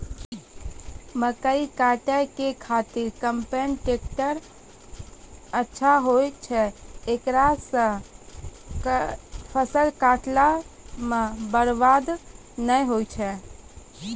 मकई काटै के खातिर कम्पेन टेकटर अच्छा होय छै ऐकरा से फसल काटै मे बरवाद नैय होय छै?